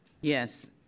Yes